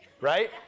Right